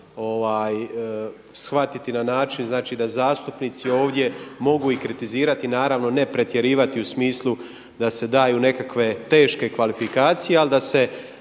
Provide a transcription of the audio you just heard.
shvatiti na način znači da zastupnici ovdje mogu i kritizirati, naravno ne pretjerivati u smislu da se daju nekakve teške kvalifikacije ali da se